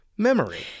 memory